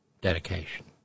dedication